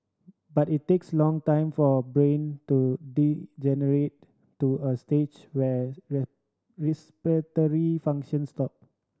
but it takes long time for a brain to degenerate to a stage where respiratory functions stop